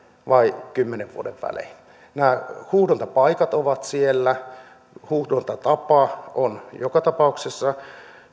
vai kymmenen vuoden välein nämä huuhdontapaikat ovat siellä huuhdontatapa on joka tapauksessa